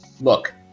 Look